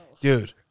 Dude